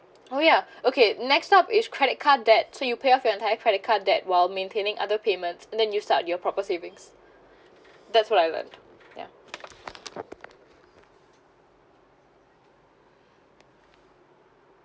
oh ya okay next up is credit card debt so you pay off your entire credit card debt while maintaining other payments then you start your proper savings that's what I meant ya